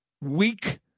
weak